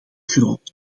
groot